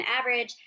average